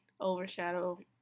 overshadow